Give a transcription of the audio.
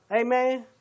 Amen